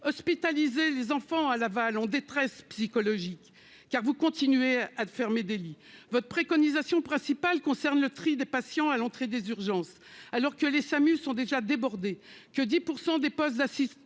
hospitaliser les enfants en détresse psychologique. En effet, vous continuez à fermer des lits ! Votre préconisation principale porte sur le tri des patients à l'entrée des urgences, alors que les SAMU sont déjà débordés et que 10 % des postes d'assistants